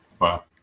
Wow